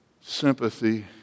sympathy